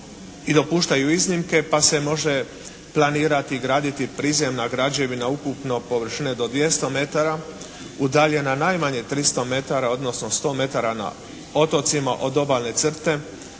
i dopuštaju iznimke pa se može planirati, graditi prizemna građevina ukupno površine do 200 m udaljena najmanje 300 m odnosno 100 m na otocima od obalne crte